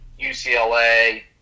UCLA